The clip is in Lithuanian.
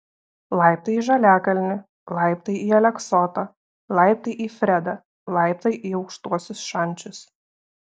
laiptai į žaliakalnį laiptai į aleksotą laiptai į fredą laiptai į aukštuosius šančius